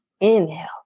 Inhale